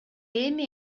эми